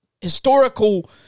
historical